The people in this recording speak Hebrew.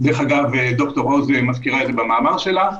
ד"ר עוז מזכירה את זה במאמר שלה.